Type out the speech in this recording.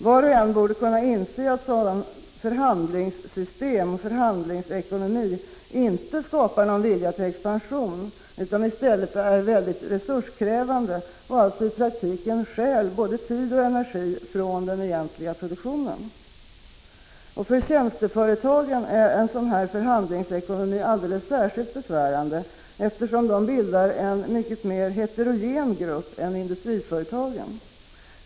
Var och en borde kunna inse att ett sådant system och en sådan förhandlingsekonomi inte skapar någon vilja till expansion utan i stället är utomordentligt resurskrävande och alltså stjäl både tid och energi från den egentliga produktionen. För tjänsteföretagen är en sådan förhandlingsekonomi särskilt besvärande, eftersom de bildar en mycket mer heterogen grupp än industriföretagen.